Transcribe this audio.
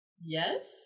Yes